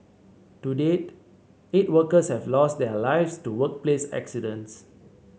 to date eight workers have lost their lives to workplace accidents